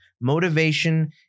motivation